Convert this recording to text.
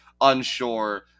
unsure